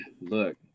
Look